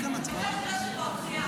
חוק מאוד חשוב שלא נדרש לו מקור תקציבי,